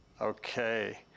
okay